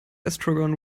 estrogen